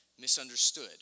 misunderstood